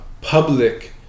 public